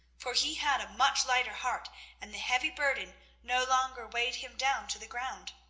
for he had a much lighter heart and the heavy burden no longer weighed him down to the ground.